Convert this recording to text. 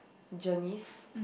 Janice